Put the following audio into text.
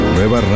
Nueva